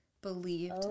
believed